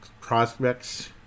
prospects